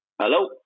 Hello